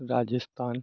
Rajasthan